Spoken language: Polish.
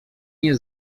nie